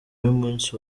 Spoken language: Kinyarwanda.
y’umunsi